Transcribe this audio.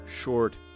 short